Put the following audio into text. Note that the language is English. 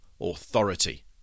authority